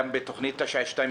גם בתוכנית 922,